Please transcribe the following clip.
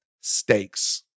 Stakes